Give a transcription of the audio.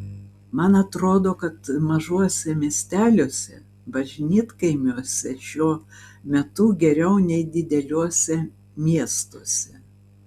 man atrodo kad mažuose miesteliuose bažnytkaimiuose šiuo metu geriau nei dideliuose miestuose